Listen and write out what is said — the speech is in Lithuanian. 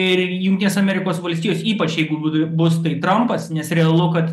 ir jungtinės amerikos valstijos ypač jeigu bus tai trampas nes realu kad